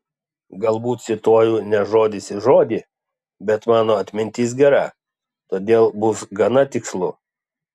galbūt cituoju ne žodis į žodį bet mano atmintis gera todėl bus gana tikslu